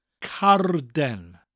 carden